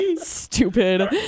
Stupid